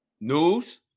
news